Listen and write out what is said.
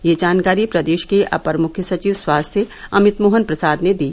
यह जानकारी प्रदेश के अपर मुख्य सचिव स्वास्थ्य अमित मोहन प्रसाद ने दी